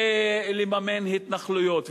ולממן התנחלויות,